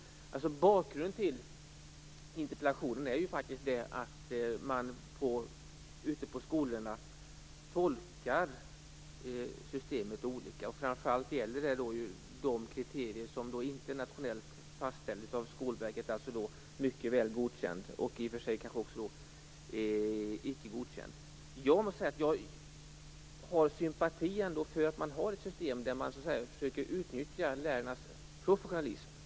Bakgrunden till interpellationen är att man ute på skolorna tolkar systemet olika. Framför allt gäller det kriterier som inte är nationellt fastställda av Skolverket, dvs. Mycket väl godkänd och kanske också Icke godkänd. Jag sympatiserar ändå med att ha ett system där man så att säga försöker utnyttja lärarnas professionalism.